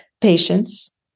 patience